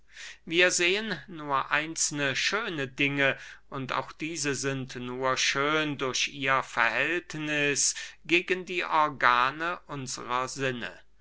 wir sehen nur einzelne schöne dinge und auch diese sind nur schön durch ihr verhältniß gegen die organe unsrer sinne